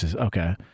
Okay